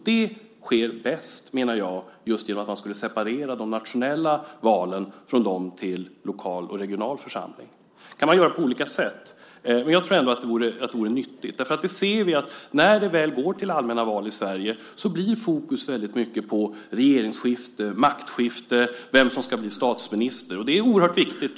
Det sker bäst, menar jag, genom att man skulle separera de nationella valen från dem till lokal och regional församling. Det kan man göra på olika sätt, men jag tror ändå att det vore nyttigt. Vi ser att när det väl går till allmänna val i Sverige så blir fokus väldigt mycket på regeringsskifte, maktskifte och vem som ska bli statsminister. Det är oerhört viktigt.